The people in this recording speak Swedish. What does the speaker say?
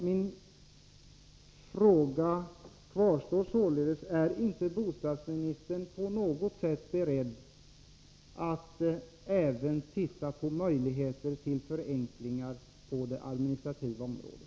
Min fråga kvarstår således: Är inte bostadsministern på något sätt beredd att även se över möjligheterna till förenklingar på det administrativa området?